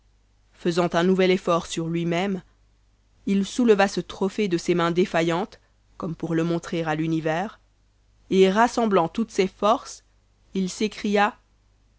faisant un nouvel effort sur lui-même il souleva ce trophée de ses mains défaillantes comme pour le montrer à l'univers et rassemblant toutes ses forces il s'écria